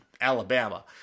Alabama